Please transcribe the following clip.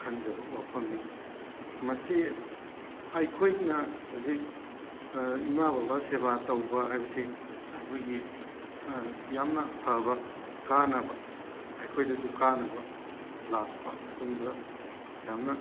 ꯈꯟꯖꯕ ꯋꯥꯐꯝꯅꯤ ꯃꯁꯤ ꯑꯩꯈꯣꯏꯅ ꯍꯧꯖꯤꯛ ꯏꯃꯥ ꯕꯥꯕ ꯁꯦꯕ ꯇꯧꯕ ꯍꯥꯏꯕꯁꯤ ꯑꯩꯈꯣꯏꯒꯤ ꯌꯥꯝꯅ ꯐꯕ ꯀꯥꯅꯕ ꯑꯩꯈꯣꯏꯗꯁꯨ ꯀꯥꯅꯕ ꯂꯥꯛꯄ ꯑꯗꯨꯝꯕ ꯌꯥꯝꯅ